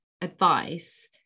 advice